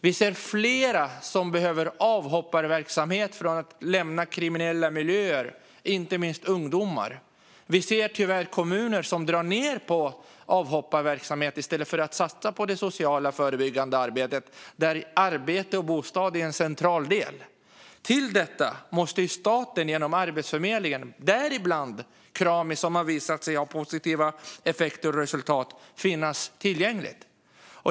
Vi ser flera som behöver avhopparverksamhet för att lämna kriminella miljöer. Det gäller inte minst ungdomar. Vi ser tyvärr kommuner som drar ned på avhopparverksamhet i stället för att satsa på det sociala och förebyggande arbetet där arbete och bostad är en central del. Till detta måste staten genom Arbetsförmedlingen, och däribland Krami, som har visat sig ha positiva effekter och resultat, finnas tillgänglig.